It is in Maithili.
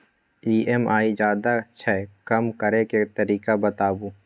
ई.एम.आई ज्यादा छै कम करै के तरीका बताबू?